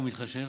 הוא מתחשב,